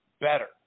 better